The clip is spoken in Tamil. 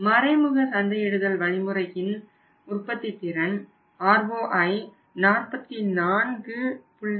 மறைமுக சந்தையிடுதல் வழிமுறையின் ROI 44